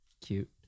Cute